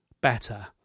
better